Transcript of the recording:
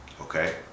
okay